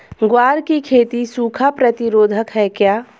ग्वार की खेती सूखा प्रतीरोधक है क्या?